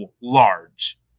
large